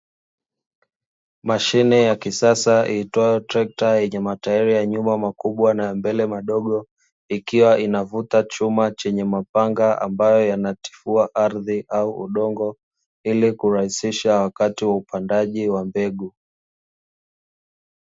Mashine ya kisasa iitwayo trekta yenye matairi ya nyumba makubwa na mbele madogo ikiwa inavuta chuma chenye mapanga ambayo yanatifua ardhi au udongo ili kurahisisha wakati wa upandaji wa mbegu.